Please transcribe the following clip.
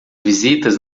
visitas